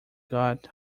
got